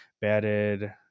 batted